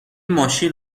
ماشین